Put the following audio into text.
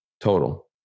total